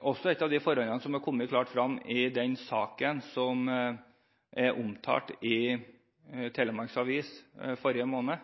som også har kommet klart frem i den saken som ble omtalt i Telemarksavisa i forrige måned.